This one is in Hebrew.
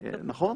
נכון.